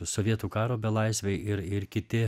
sovietų karo belaisviai ir ir kiti